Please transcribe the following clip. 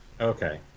Okay